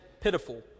pitiful